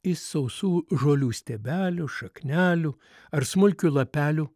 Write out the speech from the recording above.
į sausų žolių stiebelių šaknelių ar smulkių lapelių